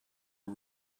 are